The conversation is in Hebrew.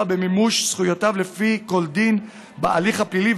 במימוש זכויותיו לפי כל דין בהליך הפלילי,